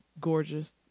gorgeous